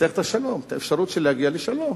ניצח את השלום, את האפשרות להגיע לשלום,